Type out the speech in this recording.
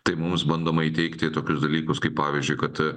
tai mums bandoma įteigti tokius dalykus kaip pavyzdžiui kad